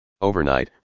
Overnight